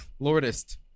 Lordest